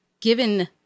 given